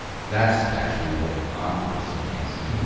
that's actually what i'm personally asking